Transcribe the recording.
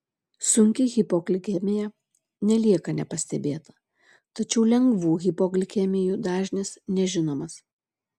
sunki hipoglikemija nelieka nepastebėta tačiau lengvų hipoglikemijų dažnis nežinomas